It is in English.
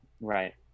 Right